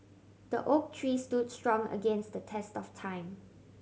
the oak tree stood strong against the test of time